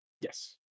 Yes